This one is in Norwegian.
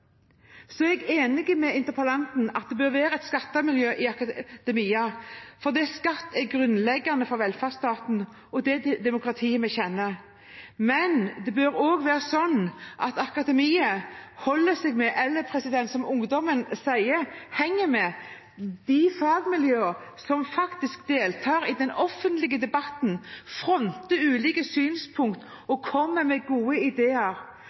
jeg er enig med interpellanten i at det bør være et skattemiljø i akademia, for skatt er grunnleggende for velferdsstaten og for det demokratiet vi kjenner. Men det bør også være slik at akademia holder seg med – eller, som ungdommen sier, «henger med» – de fagmiljøer som deltar i den offentlige debatten, fronter ulike synspunkter og kommer med gode ideer.